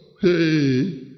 Hey